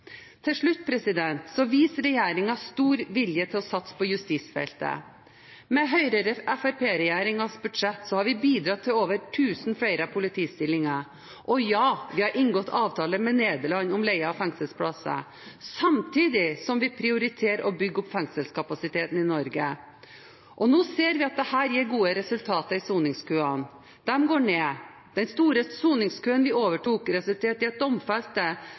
Til slutt: Regjeringen viser stor vilje til å satse på justisfeltet. Med Høyre–Fremskrittsparti-regjeringens budsjett har vi bidratt til over tusen flere politistillinger. Og ja, vi har inngått avtale med Nederland om leie av fengselsplasser, samtidig som vi prioriterer å bygge opp fengselskapasiteten i Norge. Og nå ser vi at dette gir gode resultater i soningskøene; de går ned. Den store soningskøen vi overtok, resulterte i at domfelte